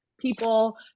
people